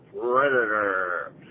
Predator